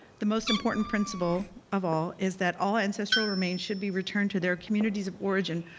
the most important principle of all is that all ancestral remains should be returned to their communities of origin,